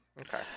Okay